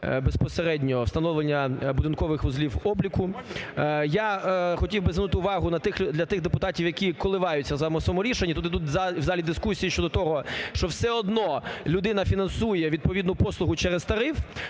безпосередньо встановлення будинкових вузлів обліку. Я хотів би звернути увагу для тих депутатів, які коливаються зараз в своєму рішенні. Тут йдуть в залі дискусії щодо того, що все одно людина фінансує відповідну послугу через тариф.